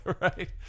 right